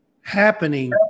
happening